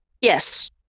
Yes